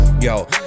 Yo